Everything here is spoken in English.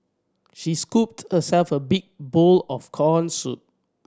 she scooped herself a big bowl of corn soup